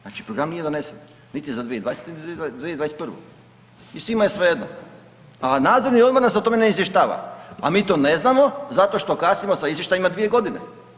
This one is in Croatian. Znači program nije donesen niti za 2020., niti 2021. i svima je svejedno, a Nadzorni odbor nas o tome ne izvještava, a mi to ne znamo zato što kasnimo sa izvještajima dvije godine.